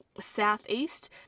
Southeast